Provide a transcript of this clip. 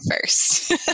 first